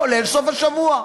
כולל סוף השבוע.